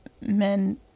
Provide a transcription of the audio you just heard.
men